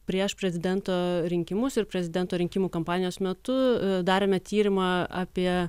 prieš prezidento rinkimus ir prezidento rinkimų kampanijos metu darėme tyrimą apie